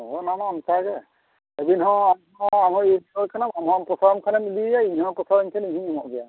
ᱦᱳᱭ ᱚᱱᱟᱢᱟ ᱚᱱᱠᱟᱜᱮ ᱟᱹᱵᱤᱱ ᱦᱚᱸ ᱟᱢ ᱦᱚᱢ ᱯᱚᱥᱟᱣ ᱮᱱ ᱠᱷᱟᱱᱮᱢ ᱤᱫᱤᱭᱮᱭᱟ ᱤᱧᱦᱚᱸ ᱯᱚᱥᱟᱣᱤᱧ ᱠᱷᱟᱱᱮ ᱤᱧᱦᱚᱧ ᱮᱢᱚᱜ ᱜᱮᱭᱟ